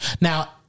Now